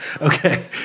Okay